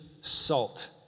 salt